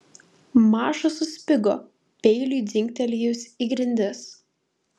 maša suspigo peiliui dzingtelėjus į grindis